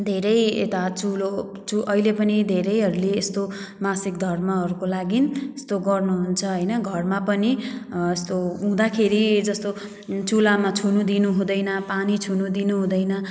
धेरै यता चुलो चु अहिले पनि धेरैहरूले यस्तो मासिक धर्महरूको लागि यस्तो गर्नुहुन्छ होइन घरमा पनि यस्तो हुँदाखेरि जस्तो चुलामा छुनु दिनुहुँदैन पानी छुनु दिनुहुँदैन